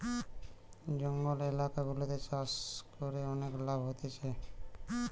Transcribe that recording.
জঙ্গল এলাকা গুলাতে চাষ করে অনেক লাভ হতিছে